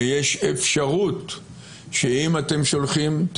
ויש אפשרות שאם אתם שולחים,